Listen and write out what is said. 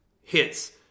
hits